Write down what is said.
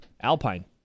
Alpine